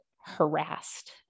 harassed